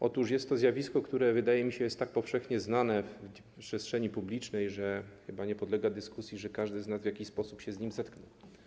Otóż jest to zjawisko, które jest - wydaje mi się - tak powszechnie znane w przestrzeni publicznej, że chyba nie podlega dyskusji, że każdy z nas w jakiś sposób się z nim zetknął.